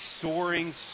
soaring